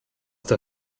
der